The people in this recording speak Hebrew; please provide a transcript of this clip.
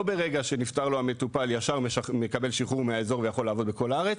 לא ברגע שנפטר לו המטופל ישר מקבל שחרור מהאזור ויכול לעבוד בכל הארץ,